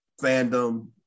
fandom